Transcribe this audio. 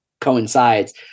coincides